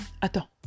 Attends